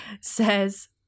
says